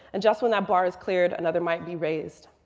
and just when that bar is cleared, another might be raised.